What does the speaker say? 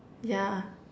yeah